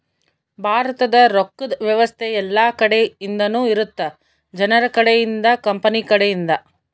ಭಾರತದ ರೊಕ್ಕದ್ ವ್ಯವಸ್ತೆ ಯೆಲ್ಲ ಕಡೆ ಇಂದನು ಇರುತ್ತ ಜನರ ಕಡೆ ಇಂದ ಕಂಪನಿ ಕಡೆ ಇಂದ